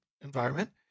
environment